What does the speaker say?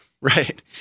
Right